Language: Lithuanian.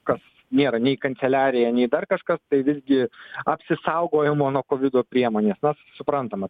kas nėra nei kanceliarija nei dar kažkas visgi apsisaugojimo nuo kovido priemonės suprantama